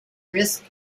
risk